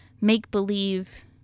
make-believe